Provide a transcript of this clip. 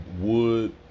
wood